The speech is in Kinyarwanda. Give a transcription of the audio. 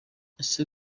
ese